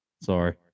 sorry